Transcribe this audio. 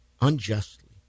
unjustly